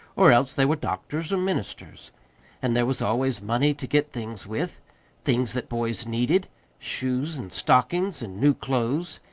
or else they were doctors or ministers and there was always money to get things with things that boys needed shoes and stockings and new clothes,